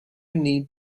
need